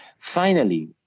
finally,